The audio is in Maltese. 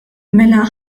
mela